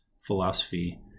philosophy